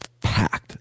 packed